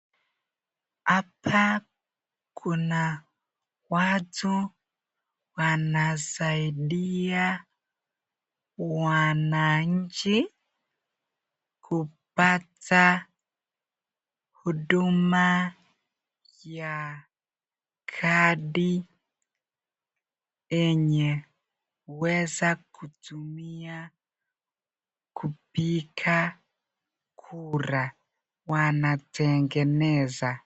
Hapa kuna watu wanasaidia wananchi kupata huduma ya kadi yenye huweza kutumia kupiga kura. Wanatengeneza.